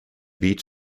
beach